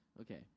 Okay